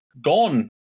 Gone